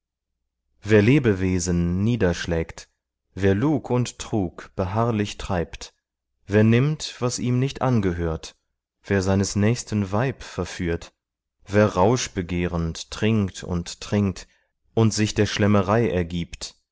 wer lebewesen niederschlägt wer lug und trug beharrlich treibt wer nimmt was ihm nicht angehört wer seines nächsten weib verführt wer rausch begehrend trinkt und trinkt und sich der schlemmerei ergibt